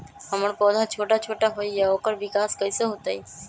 हमर पौधा छोटा छोटा होईया ओकर विकास कईसे होतई?